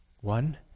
One